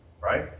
right